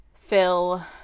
Phil